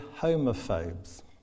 homophobes